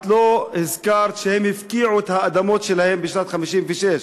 את לא הזכרת שהם הפקיעו את האדמות שלהם בשנת 1956,